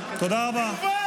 תודה רבה.